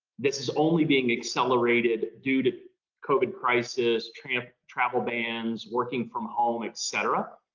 this is only being accelerated due to the covid crisis, travel travel bans, working from home, etc.